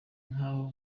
nk’aho